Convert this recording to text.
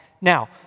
Now